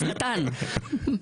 שניים.